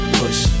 push